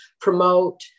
promote